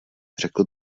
řekl